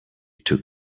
took